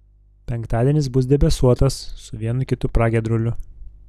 penktadienis bus debesuotas su vienu kitu pragiedruliu